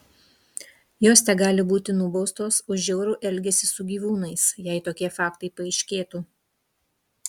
jos tegali būti nubaustos už žiaurų elgesį su gyvūnais jei tokie faktai paaiškėtų